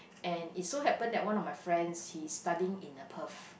and it's so happen that one of my friends he studying in a Perth